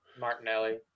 Martinelli